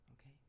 Okay